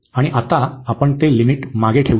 आणि आता आपण ते लिमिट मागे ठेवू शकतो